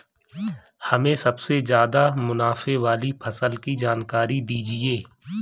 हमें सबसे ज़्यादा मुनाफे वाली फसल की जानकारी दीजिए